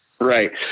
Right